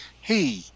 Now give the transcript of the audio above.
hey